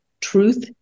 truth